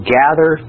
gather